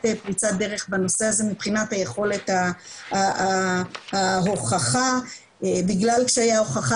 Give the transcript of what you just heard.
פריצת דרך בנושא הזה מבחינת היכולת ההוכחה בגלל קשיי ההוכחה